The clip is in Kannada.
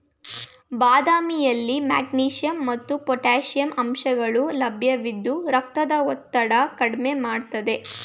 ಬಾದಾಮಿಯಲ್ಲಿ ಮೆಗ್ನೀಷಿಯಂ ಮತ್ತು ಪೊಟ್ಯಾಷಿಯಂ ಅಂಶಗಳು ಲಭ್ಯವಿದ್ದು ರಕ್ತದ ಒತ್ತಡ ಕಡ್ಮೆ ಮಾಡ್ತದೆ